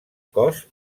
cos